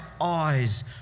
eyes